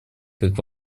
как